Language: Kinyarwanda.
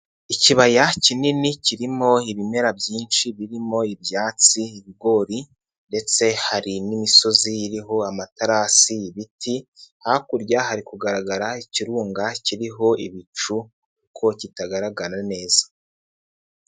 Ikibaya kinini kirimo ibimera byinshi birimo ibyatsi, ibigori ndetse hari n'imisozi iririho amaterasi, ibiti, hakurya hari kugaragara ikirunga kiriho ibicu ko kitagaragara neza.